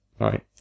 right